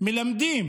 מלמדים